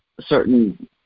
certain